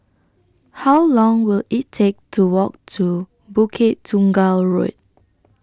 How Long Will IT Take to Walk to Bukit Tunggal Road